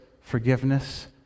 forgiveness